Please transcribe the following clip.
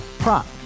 Prop